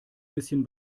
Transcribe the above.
bisschen